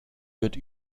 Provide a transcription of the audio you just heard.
wird